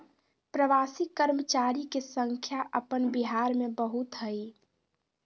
प्रवासी कर्मचारी के संख्या अपन बिहार में बहुत हइ